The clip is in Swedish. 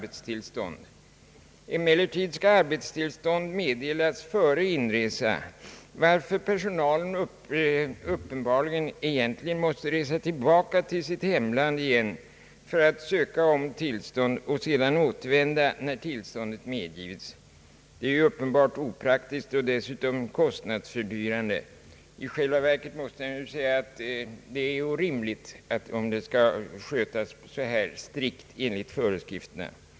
Emellertid skall sådant tillstånd meddelas före inresa, varför personalen egentligen måste resa tillbaka till sitt hemland för att söka tillstånd och återvända när tillståndet lämnats. Det är uppenbart opraktiskt och dessutom kostnadshöjande. I själva verket blir det ju orimliga förhållanden om detta skall skötas strikt enligt föreskrifterna.